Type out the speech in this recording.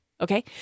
okay